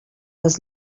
les